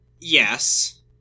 Yes